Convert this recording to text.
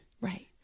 Right